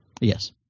Yes